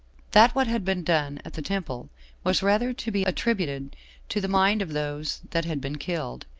that what had been done at the temple was rather to be attributed to the mind of those that had been killed,